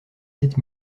sept